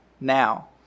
now